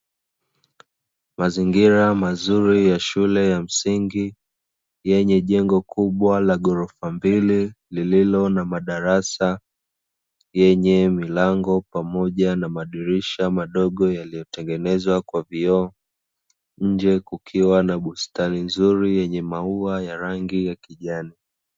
Mazingira mazuri ya shule ya msingi, yenye jengo kubwa la ghorofa mbili lililo na madarasa yenye mlango pamoja na madirisha madogo, yaliyotengenezwa kwa vioo, nje kukiwa na bustani nzuri yenye maua ya rangi ya kijani.